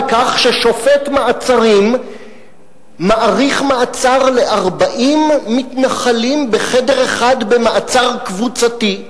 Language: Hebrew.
כך ששופט מעצרים מאריך מעצר ל-40 מתנחלים בחדר אחד במעצר קבוצתי,